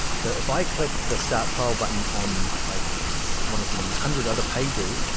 so if i click the start trial button on like one of the hundred other pages.